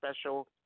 special